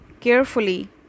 carefully